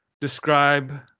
describe